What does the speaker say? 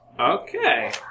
Okay